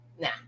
Now